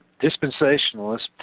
Dispensationalists